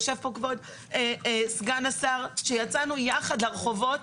יושב כאן כבוד סגן השר ויצאנו יחד לרחובות